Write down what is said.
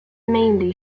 mainly